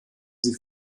sie